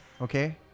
okay